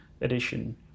edition